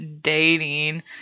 dating